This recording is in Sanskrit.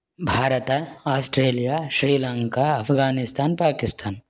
भारत आष्ट्रेलिया श्रीलङ्का अफ़गानिस्थान् पाकिस्थान्